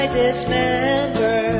dismember